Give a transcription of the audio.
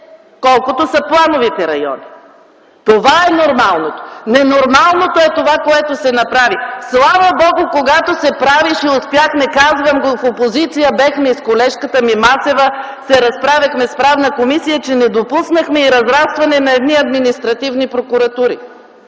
колкото са плановите райони. Това е нормалното. Ненормалното е това, което се направи. Слава Богу, когато се правеше, успяхме – казвам го в опозиция, бяхме с колежката Масева, се разправяхме с Правна комисия, че не допуснахме и разрастване на едни административни прокуратури,